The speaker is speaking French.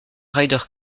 ryder